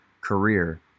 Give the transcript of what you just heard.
career